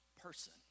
person